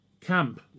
Camp